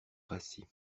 rassis